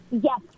Yes